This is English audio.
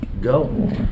Go